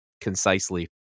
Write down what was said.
concisely